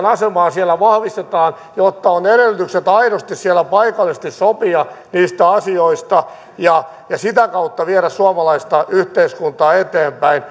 asemaa siellä vahvistetaan jotta on edellytykset aidosti siellä paikallisesti sopia niistä asioista ja ja sitä kautta viedä suomalaista yhteiskuntaa eteenpäin